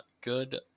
good